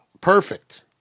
perfect